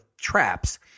traps